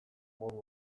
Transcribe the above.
modu